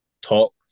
talk